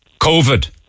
Covid